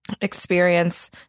experience